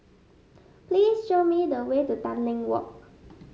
please show me the way to Tanglin Walk